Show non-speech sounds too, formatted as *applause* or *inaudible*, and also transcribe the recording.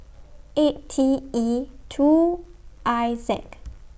eight T E two I *unintelligible*